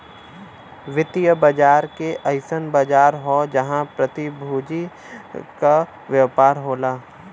वित्तीय बाजार एक अइसन बाजार हौ जहां प्रतिभूति क व्यापार होला